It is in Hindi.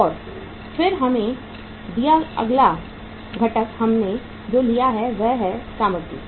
और फिर हमें दिया गया अगला घटक हमने जो लिया है वह है सामग्री